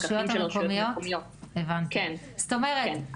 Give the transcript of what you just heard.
זאת אומרת,